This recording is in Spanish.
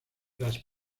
las